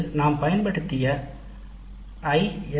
இது நாம் பயன்படுத்திய ஐ